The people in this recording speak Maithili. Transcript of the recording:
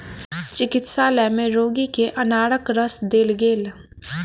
चिकित्सालय में रोगी के अनारक रस देल गेल